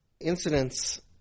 Incidents